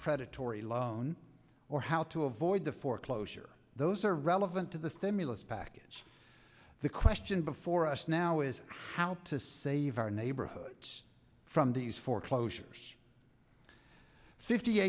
predatory loan or how to avoid the foreclosure those are relevant to the stimulus package the question before us now is how to save our neighborhoods from these foreclosures fifty